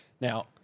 Now